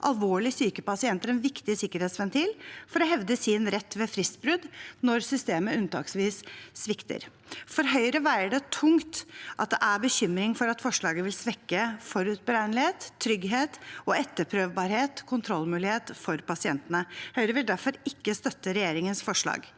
alvorlig syke pasienter en viktig sikkerhetsventil for å hevde sin rett ved fristbrudd når systemet unntaksvis svikter.» For Høyre veier det tungt at det er bekymring for at forslaget vil svekke forutberegnelighet, trygghet, etterprøvbarhet og kontrollmulighet for pasientene. Høyre vil derfor ikke støtte regjeringens forslag.